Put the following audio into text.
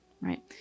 right